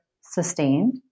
sustained